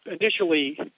Initially